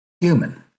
human